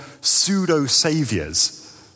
pseudo-saviors